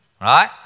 right